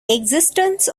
existence